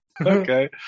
Okay